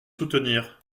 soutenir